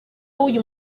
w’uyu